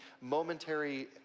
momentary